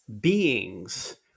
beings